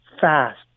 fast